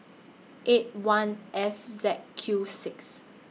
eight one F Z Q six